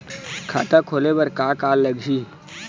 खाता खोले बर का का लगही?